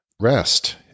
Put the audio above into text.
Rest